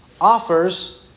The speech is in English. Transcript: offers